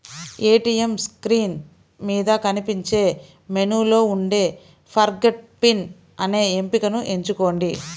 ATM screen మీద కనిపించే మెనూలో ఉండే ఫర్గాట్ పిన్ అనే ఎంపికను ఎంచుకోండి